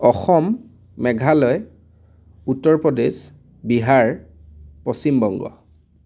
Assam Meghalaya Uttar Pradesh Bihar Paschimbanga